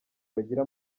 bagira